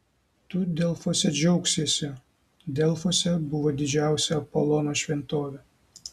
tu delfuose džiaugsiesi delfuose buvo didžiausia apolono šventovė